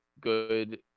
good